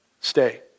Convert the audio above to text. stay